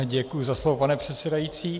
Děkuji za slovo, pane předsedající.